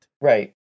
Right